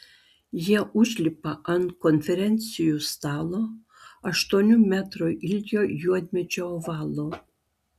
jie užlipa ant konferencijų stalo aštuonių metrų ilgio juodmedžio ovalo